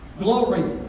Glory